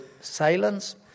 silence